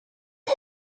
did